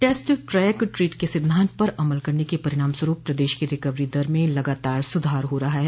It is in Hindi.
टेस्ट ट्रैक ट्रीट के सिद्धांत पर अमल करने क परिणाम स्वरूप प्रदेश के रिकवरी दर में लगातार सुधार हो रहा है